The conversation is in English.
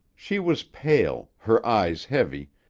she was pale, her eyes heavy,